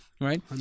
Right